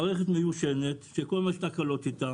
מערכת מיושנת שכל הזמן יש תקלות איתה